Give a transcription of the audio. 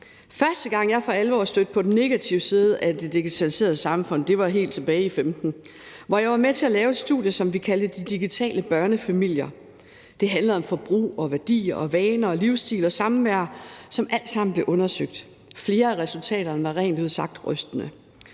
Første gang jeg for alvor stødte på den negative side af det digitaliserede samfund, var helt tilbage i 2015, hvor jeg var med til at lave et studie, som vi kaldte »Den digitale børnefamilie«. Det handlede om forbrug, værdier, vaner, livsstil og samvær, som alt sammen blev undersøgt. Flere af resultaterne var rent ud sagt rystende.